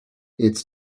its